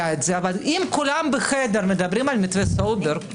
את זה אבל אם כולם בחדר מדברים על מתווה סולברג,